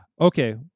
Okay